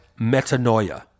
metanoia